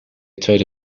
tweede